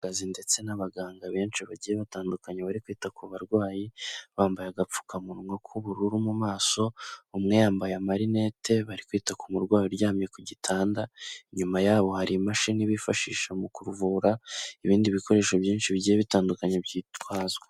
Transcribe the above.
Kazi ndetse n'abaganga benshi bagiye batandukanye bari kwita ku barwayi bambaye agapfukamunwa k'ubururu mu maso umwe yambaye amarinete bari kwita ku murwayi uryamye ku gitanda, inyuma yabo hari imashini bifashisha mu kuvura ibindi bikoresho byinshi bigiye bitandukanye byitwazwa.